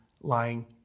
lying